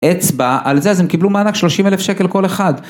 אצבע על זה אז הם קיבלו מענק שלושים אלף שקל כל אחד.